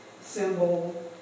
symbol